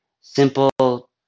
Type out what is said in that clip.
simple